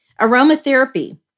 Aromatherapy